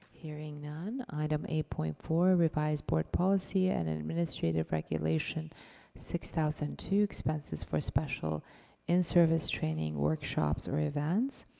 hearing none, item eight point four, revised board policy and and administrative regulation six thousand and two, expenses for special in-service training, workshops, or events.